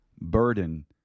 burden